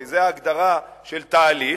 כי זו ההגדרה של תהליך,